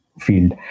field